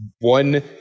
one